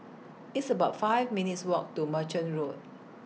It's about five minutes' Walk to Merchant Road